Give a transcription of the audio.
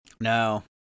No